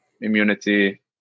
immunity